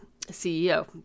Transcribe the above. CEO